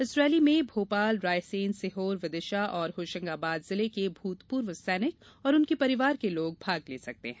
इस रैली में भोपाल रायसेन सीहोर विदिशा और होशंगाबाद जिले के भुतपूर्व सैनिक और उनके परिवार के लोग भाग ले सकते हैं